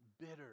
bitter